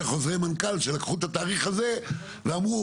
חוזרי מנכ"ל שלקחו את התאריך הזה ואמרו,